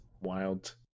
wild